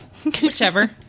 whichever